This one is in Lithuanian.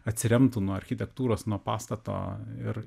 atsiremtų nuo architektūros nuo pastato ir